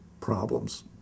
problems